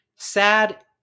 Sad